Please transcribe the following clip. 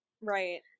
right